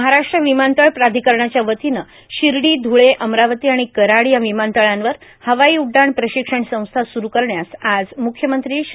महाराष्ट्र विमानतळ व प्राधिकरणाच्यावतीनं शिर्डी धुळे अमरावती आणि कराड या विमानतळांवर हवाई उड्डाण प्रशिक्षण संस्था सुरू करण्यास आज मुख्यमंत्री श्री